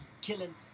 killing